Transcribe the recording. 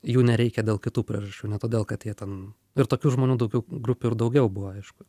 jų nereikia dėl kitų priežasčių ne todėl kad jie ten ir tokių žmonių daugiau grupių ir daugiau buvo aišku